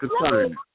concern